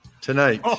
Tonight